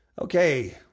Okay